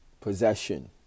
possession